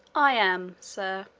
i am, sir,